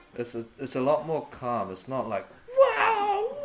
it's ah it's a lot more calm, it's not like. wow!